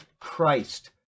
Christ